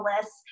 list